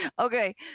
okay